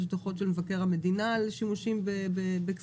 יש דוחות של מבקר המדינה על שימושים בכספים,